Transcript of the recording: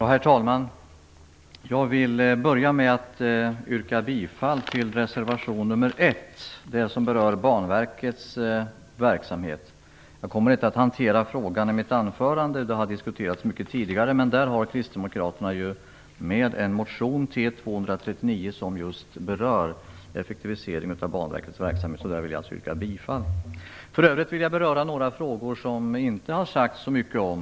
Herr talman! Jag vill börja med att yrka bifall till reservation nr 1. Den berör Banverkets verksamhet. Jag kommer inte att hantera frågan i mitt anförandet. Den har diskuterats mycket tidigare. Men kristdemokraterna har en motion, T239, som just berör effektivisering av Banverkets verksamhet. Jag vill alltså yrka bifall till den. För övrigt vill jag beröra några frågor som det inte har sagts så mycket om.